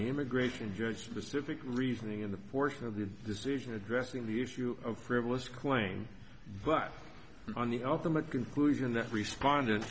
the immigration judge specific reasoning in the portion of the decision addressing the issue of frivolous claim but on the ultimate conclusion that responded